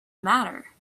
matter